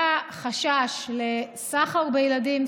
היה חשש לסחר בילדים,